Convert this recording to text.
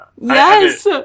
Yes